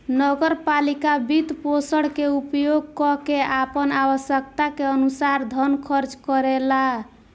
नगर पालिका वित्तपोषण के उपयोग क के आपन आवश्यकता के अनुसार धन खर्च करेला